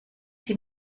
die